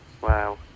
Wow